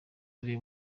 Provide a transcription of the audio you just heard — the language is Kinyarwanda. ari